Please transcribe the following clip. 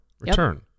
return